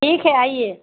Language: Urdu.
ٹھیک ہے آئیے